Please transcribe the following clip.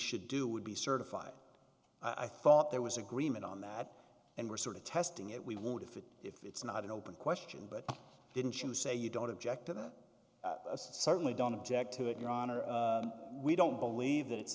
should do would be certified i thought there was agreement on that and we're sort of testing it we loued if it if it's not an open question but didn't you say you don't object to that certainly don't object to it your honor we don't believe that it's